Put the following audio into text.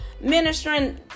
ministering